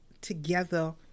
together